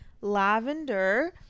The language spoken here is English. lavender